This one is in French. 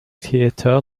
theater